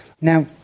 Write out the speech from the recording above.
Now